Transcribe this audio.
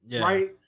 Right